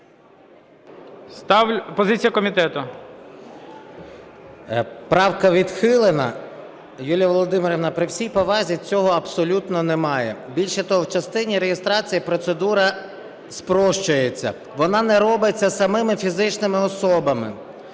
Правка відхилена. Юлія Володимирівна, при всій повазі, цього абсолютно немає. Більше того, в частині реєстрації процедура спрощується, вона не робиться самими фізичними особами.